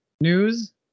news